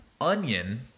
onion